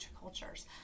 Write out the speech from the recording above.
cultures